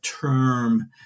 term